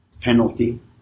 penalty